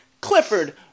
Clifford